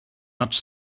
much